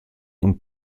und